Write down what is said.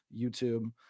youtube